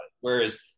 Whereas